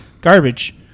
garbage